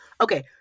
Okay